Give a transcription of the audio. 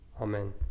Amen